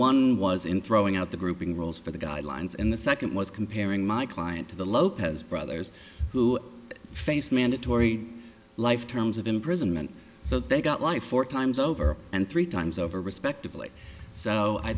one was in throwing out the grouping rules for the guidelines in the second was comparing my client to the lopez brothers who faced mandatory life terms of imprisonment so they got life four times over and three times over respectively so i